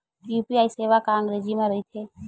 UPI सेवा का अंग्रेजी मा रहीथे?